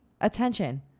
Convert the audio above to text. attention